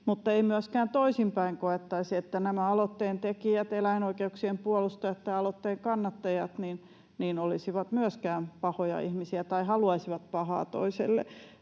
mutta ei myöskään toisinpäin koettaisi, että nämä aloitteentekijät, eläinoikeuksien puolustajat tai aloitteen kannattajat olisivat pahoja ihmisiä tai haluaisivat pahaa toiselle.